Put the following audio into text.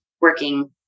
working